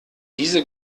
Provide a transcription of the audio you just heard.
diese